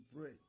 pray